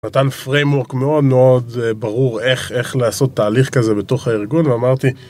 נתן פריימוורק מאוד מאוד ברור איך לעשות תהליך כזה בתוך הארגון, ואמרתי...